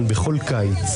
לפרוטוקול.